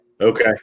Okay